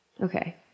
okay